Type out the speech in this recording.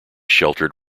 sheltered